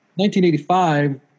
1985